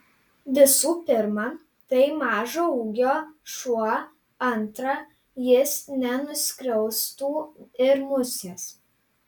visų pirma tai mažo ūgio šuo antra jis nenuskriaustų ir musės